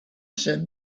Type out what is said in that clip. said